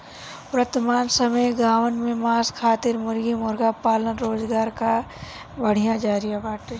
वर्तमान समय में गांवन में मांस खातिर मुर्गी मुर्गा पालन रोजगार कअ बढ़िया जरिया बाटे